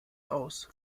aus